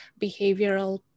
behavioral